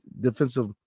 defensive